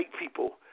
people